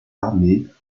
armées